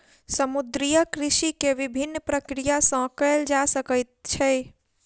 समुद्रीय कृषि के विभिन्न प्रक्रिया सॅ कयल जा सकैत छै